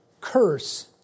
curse